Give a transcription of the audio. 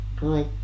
Hi